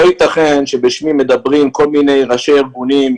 לא יתכן שבשמי מדברים כל מיני ראשי ארגונים,